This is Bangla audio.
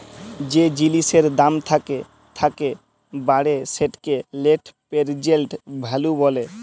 যে জিলিসের দাম থ্যাকে থ্যাকে বাড়ে সেটকে লেট্ পেরজেল্ট ভ্যালু ব্যলে